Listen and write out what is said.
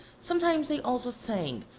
sometimes they also sang,